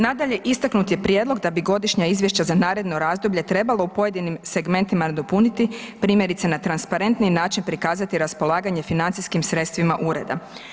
Nadalje, istaknut je prijedlog da bi godišnja izvješća za naredno razdoblje trebalo u pojedinim segmentima nadopuniti, primjerice na transparentniji način prikazati raspolaganje financijskim sredstvima ureda.